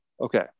okay